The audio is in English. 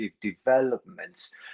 developments